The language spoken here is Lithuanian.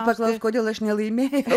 paklaust kodėl aš nelaimėjau